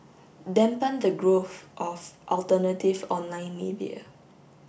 dampen the growth of alternative online media